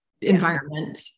environment